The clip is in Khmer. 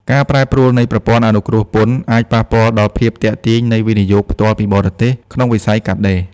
ការប្រែប្រួលនៃ "ប្រព័ន្ធអនុគ្រោះពន្ធ" អាចប៉ះពាល់ដល់ភាពទាក់ទាញនៃ វិនិយោគផ្ទាល់ពីបរទេស ក្នុងវិស័យកាត់ដេរ។